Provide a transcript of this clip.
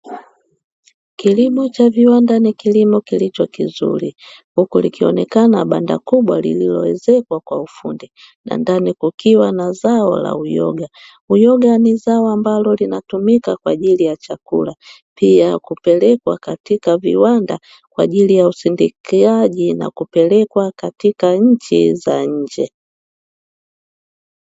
Kilimo cha viwanda ni kilimo kilicho kizuri, huku likionekana banda kubwa lililoezekwa kwa ufundi na ndani kukiwa na zao la uyoga. Uyoga ni zao ambalo linatumika kwa ajili ya chakula, pia kupelekwa katika viwanda kwa ajili ya usindikaji na kupelekwa katika nchi za nje.